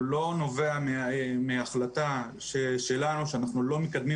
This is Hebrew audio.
הוא לא נובע מהחלטה שלנו שאנחנו לא מקדמים